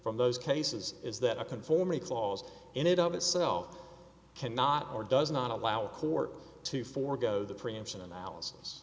from those cases is that a conformity clause in it of itself cannot or does not allow a court to forgo the preemption analysis